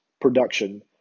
production